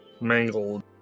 mangled